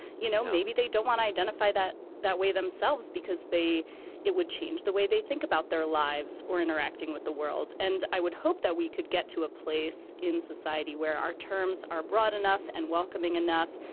you know, maybe they don't want to identify that that way themselves, because they it would change the way they think about their lives or interacting with the world. and i would hope that we could get to a place in society where our terms are broad enough and welcoming enough.